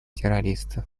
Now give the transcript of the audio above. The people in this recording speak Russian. террористов